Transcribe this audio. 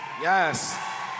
Yes